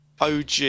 OG